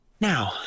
Now